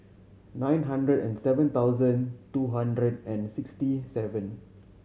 nine hundred and seven thousand two hundred and sixty seven